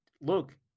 Look